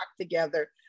together